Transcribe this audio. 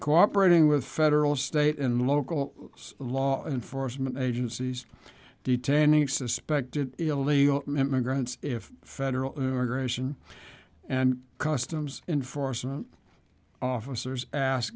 cooperating with federal state and local law enforcement agencies detaining of suspected illegal immigrants if federal regulation and customs enforcement officers ask